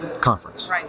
conference